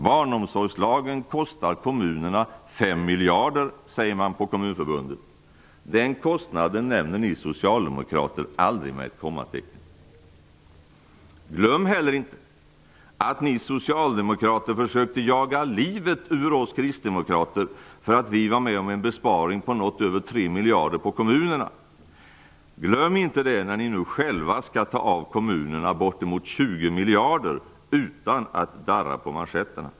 Barnomsorgslagen kostar kommunerna 5 miljarder, säger man på Kommunförbundet. Den kostnaden nämner ni socialdemokrater aldrig med ett kommatecken. Glöm heller inte att ni socialdemokrater försökte jaga livet ur oss kristdemokrater för att vi var med om en besparing på något över 3 miljarder på kommunerna, när ni nu själva skall ta av kommunerna bortemot 20 miljarder utan att darra på manschetterna.